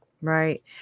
Right